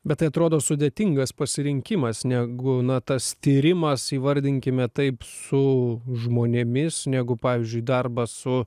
bet tai atrodo sudėtingas pasirinkimas negu na tas tyrimas įvardinkime taip su žmonėmis negu pavyzdžiui darbą su